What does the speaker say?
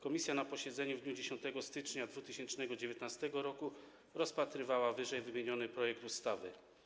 Komisja na posiedzeniu w dniu 10 stycznia 2019 r. rozpatrywała ww. projekt ustawy.